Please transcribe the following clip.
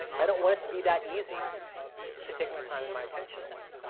i don't want it to be that easy to take my time and my attention away.